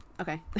okay